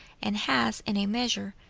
and has, in a measure,